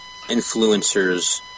influencers